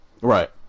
right